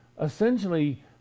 essentially